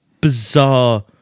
bizarre